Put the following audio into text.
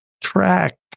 track